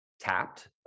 tapped